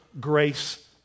grace